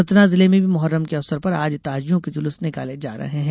सतना जिले में भी मोहर्रम के अवसर पर आज ताजियों के जुलूस निकाले जा रहे है